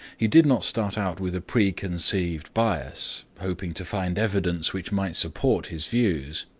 he did not start out with a preconceived bias, hoping to find evidence which might support his views.